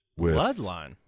Bloodline